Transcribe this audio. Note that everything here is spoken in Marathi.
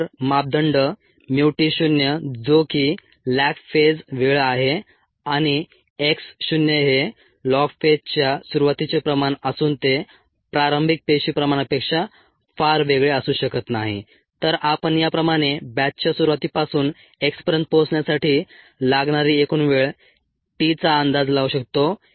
जर मापदंड mu t शून्य जो की लॅग फेज वेळ आहे आणि x शून्य हे लॉग फेजच्या सुरूवातीचे प्रमाण असून ते प्रारंभिक पेशी प्रमाणापेक्षा फार वेगळे असू शकत नाही तर आपण याप्रमाणे बॅचच्या सुरूवातीपासून x पर्यंत पोहोचण्यासाठी लागणारी एकूण वेळ t चा अंदाज लावू शकतो